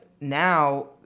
now